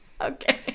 Okay